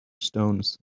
stones